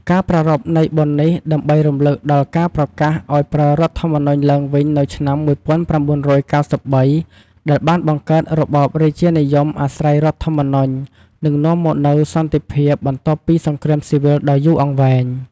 ការប្រារព្ធនៃបុណ្យនេះ ដើម្បីរំលឹកដល់ការប្រកាសឱ្យប្រើរដ្ឋធម្មនុញ្ញឡើងវិញនៅឆ្នាំ ១៩៩៣ ដែលបានបង្កើតរបបរាជានិយមអាស្រ័យរដ្ឋធម្មនុញ្ញ និងនាំមកនូវសន្តិភាព បន្ទាប់ពីសង្គ្រាមស៊ីវិលដ៏យូរអង្វែង។